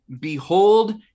Behold